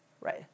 right